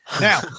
Now